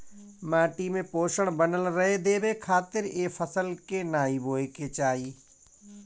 माटी में पोषण बनल रहे देवे खातिर ए फसल के नाइ बोए के चाही